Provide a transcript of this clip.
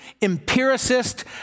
empiricist